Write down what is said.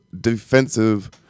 defensive